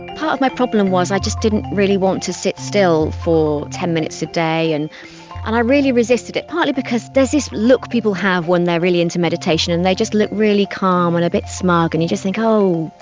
part of my problem was i just didn't really want to sit still for ten minutes a day, and and i really resisted it, partly because there is this look people have when they are really into meditation and they just look really calm and bit smug and you just think, oh,